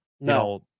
no